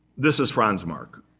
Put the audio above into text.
this is franz marc.